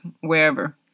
wherever